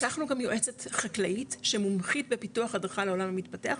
לקחנו גם יועצת חקלאית שמומחית בפיתוח הדרכה לעולם המתפתח,